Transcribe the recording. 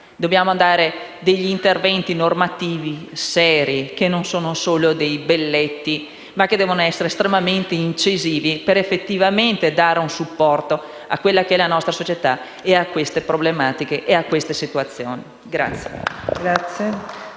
Dobbiamo dare degli interventi normativi seri, che non siano solo dei belletti, ma che devono essere estremamente incisivi per dare effettivamente un supporto alla nostra società, a queste problematiche e a queste situazioni.